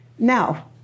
Now